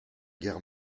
guerre